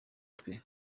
twe